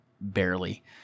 barely